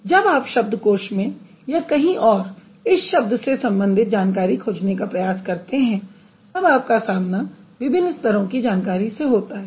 जब आप शब्दकोश में या कहीं और इस शब्द से संबंधित जानकारी खोजने का प्रयास करते हैं तब आपका सामना विभिन्न स्तरों की जानकारी से होता है